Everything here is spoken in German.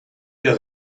der